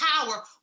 power